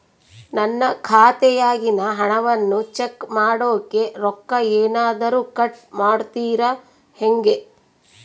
ನನ್ನ ಖಾತೆಯಾಗಿನ ಹಣವನ್ನು ಚೆಕ್ ಮಾಡೋಕೆ ರೊಕ್ಕ ಏನಾದರೂ ಕಟ್ ಮಾಡುತ್ತೇರಾ ಹೆಂಗೆ?